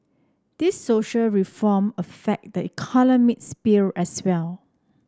these social reform affect the economic sphere as well